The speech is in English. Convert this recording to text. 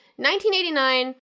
1989